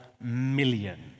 million